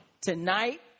Tonight